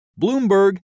Bloomberg